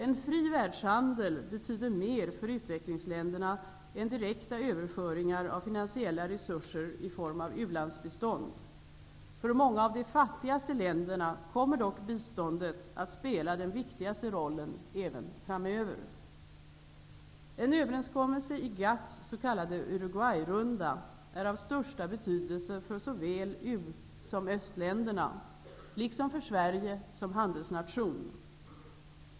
En fri världshandel betyder mer för utvecklingsländerna än direkta överföringar av finansiella resurser i form av u-landsbistånd. För många av de fattigaste länderna kommer dock biståndet att spela den viktigaste rollen även framöver. En överenskommelse i GATT:s s.k. Uruguayrunda är av största betydelse för såväl u som östländerna -- liksom för Sverige som handelsnation.